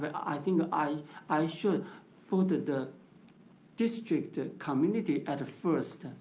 but i think i i should put the district ah community at first.